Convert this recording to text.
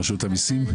רשות המיסים.